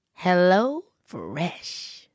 HelloFresh